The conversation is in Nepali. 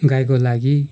गाईको लागि